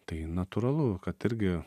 tai natūralu kad irgi